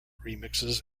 remixes